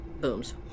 booms